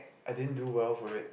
I didn't do well for it